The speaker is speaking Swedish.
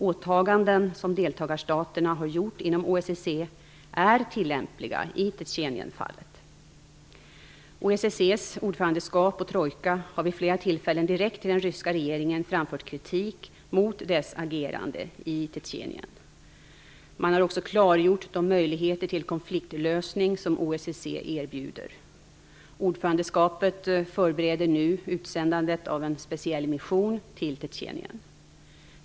Åtaganden som deltagarstaterna har gjort inom OSSE är tillämpliga i Tjetjenienfallet. OSSE:s ordförandeskap och trojka har vid flera tillfällen direkt till den ryska regeringen framfört kritik mot dess agerande i Tjetjenien. Man har också klargjort de möjligheter till konfliktlösning som OSSE erbjuder. Ordförandeskapet förbereder nu utsändandet av en speciell mission till Tjetjenien.